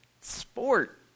sport